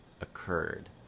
occurred